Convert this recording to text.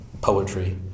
poetry